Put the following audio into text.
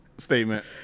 statement